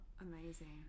amazing